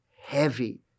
heavy